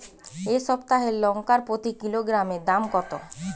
এই সপ্তাহের লঙ্কার প্রতি কিলোগ্রামে দাম কত?